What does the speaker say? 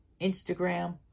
Instagram